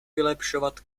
vylepšovat